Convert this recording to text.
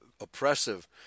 oppressive